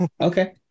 Okay